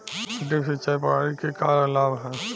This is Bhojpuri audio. ड्रिप सिंचाई प्रणाली के का लाभ ह?